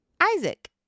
Isaac